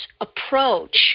approach